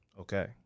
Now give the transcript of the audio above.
Okay